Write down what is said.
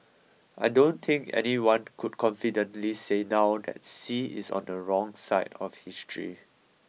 I don't think anyone could confidently say now that Xi is on the wrong side of history